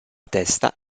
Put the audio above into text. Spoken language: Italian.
testa